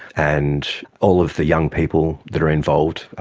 and all of the young people that are involved,